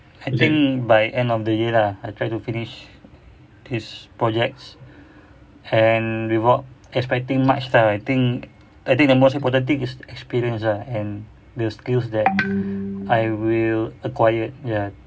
I think by end of the year lah I try to finish this projects and without expecting much lah I think I think the most important thing is experience ah and the skills that I will acquire ya